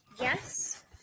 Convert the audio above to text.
yes